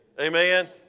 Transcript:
Amen